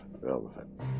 relevance